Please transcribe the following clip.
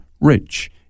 rich